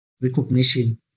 recognition